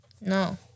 No